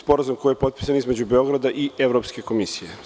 Sporazum je potpisan između Beograda i Evropske komisije.